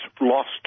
lost